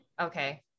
Okay